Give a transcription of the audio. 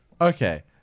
okay